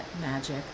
magic